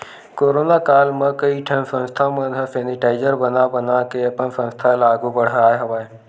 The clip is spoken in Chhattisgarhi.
कोरोना काल म कइ ठन संस्था मन ह सेनिटाइजर बना बनाके अपन संस्था ल आघु बड़हाय हवय